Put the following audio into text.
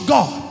God